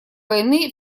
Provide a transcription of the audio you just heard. войны